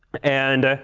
and